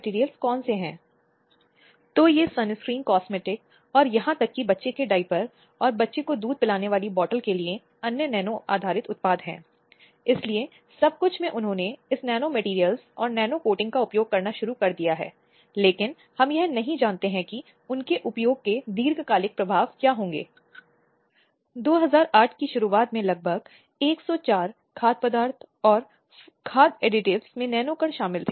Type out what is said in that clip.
जो उल्लंघन हुए हैं उनके मामलों को उठाना और ऐसी शिकायतों को देखें और उन मामलों पर ध्यान देना जहां यह महिलाओं के अधिकारों से वंचित करने महिलाओं की सुरक्षा प्रदान करने के लिए बनाए गए कानूनों का कार्यान्वयन नीतिगत निर्णयों दिशा निर्देशों या निर्देशों के गैर अनुपालन से संबंधित है